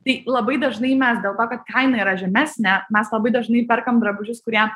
tai labai dažnai mes dėl to kad kaina yra žemesnė mes labai dažnai perkam drabužius kurie